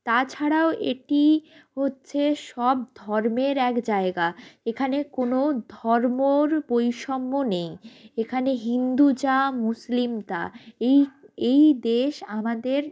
তাছাড়াও এটি হচ্ছে সব ধর্মের এক জায়গা এখানে কোনো ধর্মর বৈষম্য নেই এখানে হিন্দু যা মুসলিম তা এই এই দেশ আমাদের